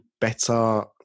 better